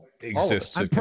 exists